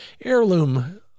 Heirloom